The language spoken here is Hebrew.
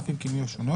אף אם כינויו שונה,